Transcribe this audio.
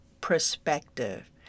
perspective